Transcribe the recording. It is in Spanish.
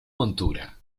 montura